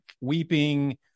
weeping